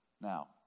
Now